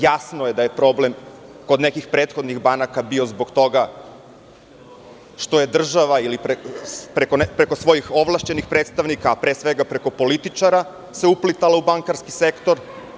Jasno je da je problem kod nekih prethodnih banaka bio zbog toga što je država preko svojih ovlašćenih predstavnika, a pre svega preko političara se uplitala u bankarski sektor.